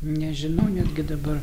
nežinau netgi dabar